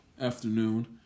afternoon